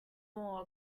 more